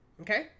Okay